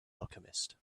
alchemist